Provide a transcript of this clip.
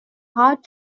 hard